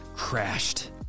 Crashed